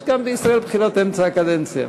יש גם בישראל בחירות אמצע הקדנציה.